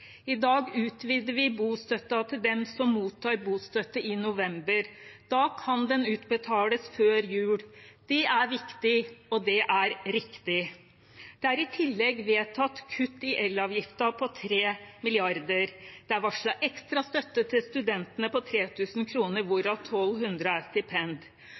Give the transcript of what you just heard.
I dag utvider vi bostøtten til dem som mottar bostøtte i november. Da kan den utbetales før jul. Det er viktig, og det er riktig. Det er i tillegg vedtatt kutt i elavgifter, på 3 mrd. kr. Det er varslet ekstra støtte til studentene på 3 000 kr, hvorav 1 200 kr er stipend.